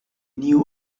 new